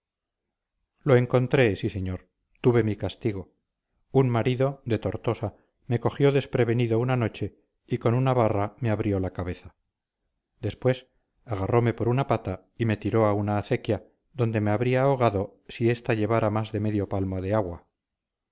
lo encontré sí señor tuve mi castigo un marido de tortosa me cogió desprevenido una noche y con una barra me abrió la cabeza después agarrome por una pata y me tiró a una acequia donde me habría ahogado si esta llevara más de medio palmo de agua